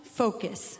focus